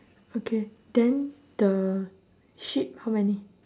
okay then the sheep how many